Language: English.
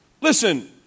Listen